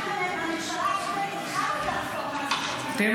אנחנו, בממשלה הקודמת, התחלנו את הרפורמה הזו שאתה